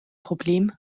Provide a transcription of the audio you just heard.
problem